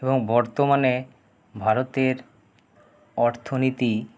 এবং বর্তমানে ভারতের অর্থনীতি